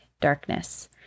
darkness